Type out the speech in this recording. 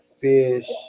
fish